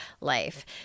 life